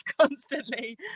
constantly